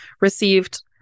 received